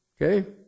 Okay